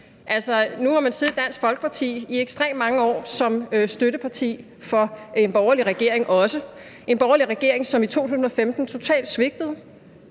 Nu har man siddet i Dansk Folkeparti i ekstremt mange år som støtteparti for en borgerlig regering også – en borgerlig regering, som i 2015 totalt svigtede